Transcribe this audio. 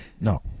No